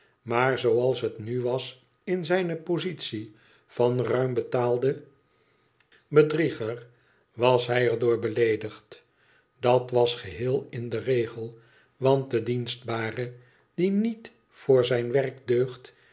maar zooals het nu was in zijne positie van ruim betaald bedrieger was hij er door beleedigd dat was geheel in den regel want de dienstbare die niet voor zijn werk deugt